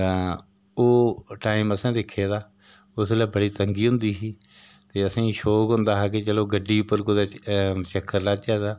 ओह् टाइम असें दिक्खे दा उस बेल्लै बड़ी तंगी होन्दी ही ते असें ई शौक होन्दा हा की चलो गड्डी उप्पर कुदै चक्कर लाचै तां